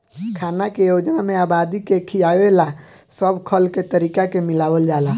खाना के योजना में आबादी के खियावे ला सब खल के तरीका के मिलावल जाला